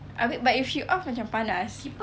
abeh but if she off macam panas